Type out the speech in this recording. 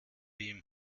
ihm